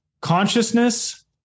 consciousness